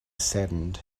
saddened